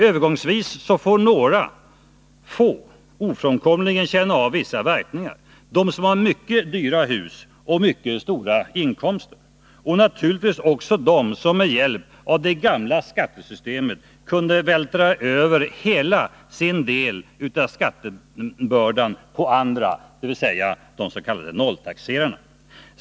Övergångsvis får några få ofrånkomligen känna av vissa verkningar, nämligen de som har mycket dyra hus och mycket stora inkomster och naturligtvis också de som med hjälp av det gamla skattesystemet kunde vältra över hela sin del av skattebördan på andra, dvs. de s.k. nolltaxerarna.